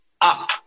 up